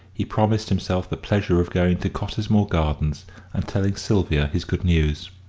he promised himself the pleasure of going to cottesmore gardens and telling sylvia his good news.